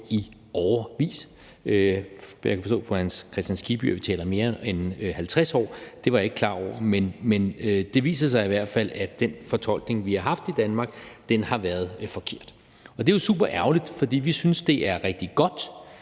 i årevis. Jeg kan forstå på Hans Kristian Skibby, at vi taler mere end 50 år. Det var jeg ikke klar over, men det viser sig i hvert fald, at den fortolkning, vi har haft i Danmark, har været forkert. Det er jo superærgerligt, for vi synes, det er rigtig godt